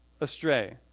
astray